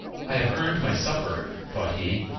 i have earned my supper, thought he,